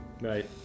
Right